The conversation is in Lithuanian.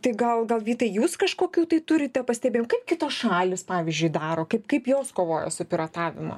tai gal gal vytai jūs kažkokių tai turite pastebėjimų kaip kitos šalys pavyzdžiui daro kaip kaip jos kovoja su piratavimu